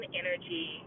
energy